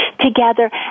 together